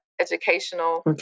educational